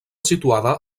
situada